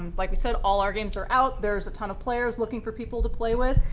like we said, all our games are out. there is a ton of players looking for people to play with.